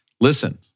Listen